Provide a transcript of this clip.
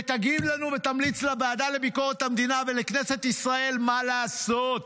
ותגיב לנו ותמליץ לוועדה לביקורת המדינה ולכנסת ישראל מה לעשות.